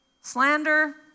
slander